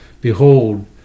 Behold